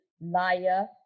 liar